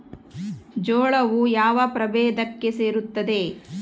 ಜೋಳವು ಯಾವ ಪ್ರಭೇದಕ್ಕೆ ಸೇರುತ್ತದೆ?